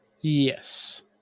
Yes